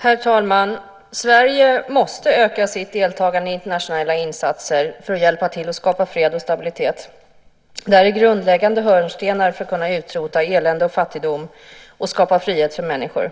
Herr talman! Sverige måste öka sitt deltagande i internationella insatser för att hjälpa till att skapa fred och stabilitet. Detta är grundläggande hörnstenar för att kunna utrota elände och fattigdom och skapa frihet för människor.